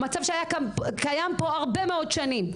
מצב שהיה קיים פה הרבה מאוד שנים.